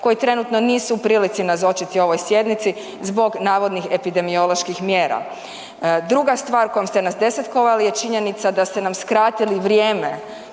koji trenutno nisu u prilici nazočiti ovoj sjednici zbog navodnih epidemioloških mjera. Druga stvar kojom ste nas desetkovali je činjenica da ste nam skratili vrijeme